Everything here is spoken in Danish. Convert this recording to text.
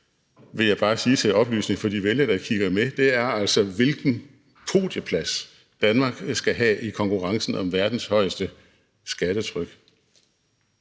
vil jeg bare sige til oplysning for de vælgere, der kigger med, er altså, hvilken podieplads Danmark skal have i konkurrencen om verdens højeste skattetryk.